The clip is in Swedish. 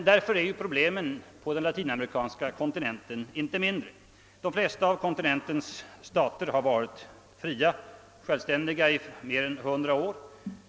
Problemen på den latinamerikanska kontinenten är därför inte mindre. De flesta av kontinentens stater har varit självständiga i mer än hundra år.